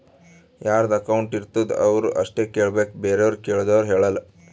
ಯಾರದು ಅಕೌಂಟ್ ಇರ್ತುದ್ ಅವ್ರು ಅಷ್ಟೇ ಕೇಳ್ಬೇಕ್ ಬೇರೆವ್ರು ಕೇಳ್ದೂರ್ ಹೇಳಲ್ಲ